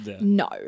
No